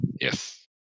Yes